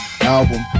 Album